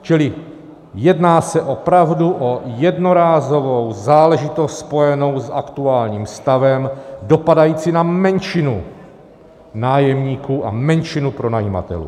Čili jedná se opravdu o jednorázovou záležitost spojenou s aktuálním stavem, dopadající na menšinu nájemníků a menšinu pronajímatelů.